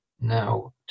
Now